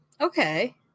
Okay